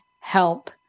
help